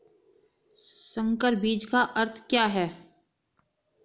संकर बीज का अर्थ क्या है?